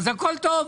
אז הכל טוב.